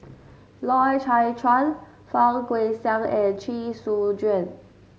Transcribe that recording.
Loy Chye Chuan Fang Guixiang and Chee Soon Juan